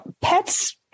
pets